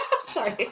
sorry